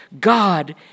God